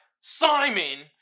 Simon